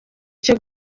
cyo